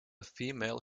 female